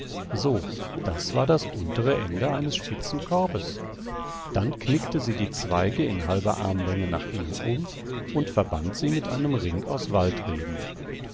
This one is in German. so das war das untere ende eines spitzen korbes dann knickte sie die zweige in halber armlänge nach innen um und verband sie mit einem ring aus